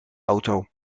auto